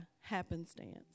happenstance